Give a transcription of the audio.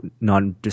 non